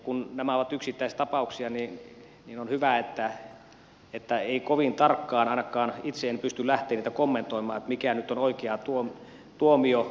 kun nämä ovat yksittäistapauksia niin on hyvä että ei kovin tarkkaan kommentoida ainakaan itse en pysty lähtemään niitä kommentoimaan mikä nyt on oikea tuomio